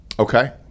Okay